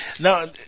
Now